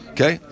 Okay